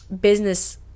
business